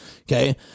okay